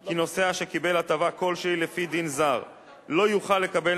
כי נוסע שקיבל הטבה כלשהי לפי דין זר לא יוכל לקבל